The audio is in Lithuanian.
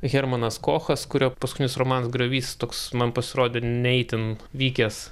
hermanas kochas kurio paskutinis romano griovys toks man pasirodė ne itin vykęs